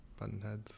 Buttonheads